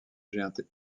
jugé